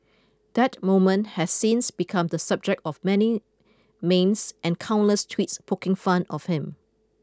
that moment has since become the subject of many memes and countless tweets poking fun of him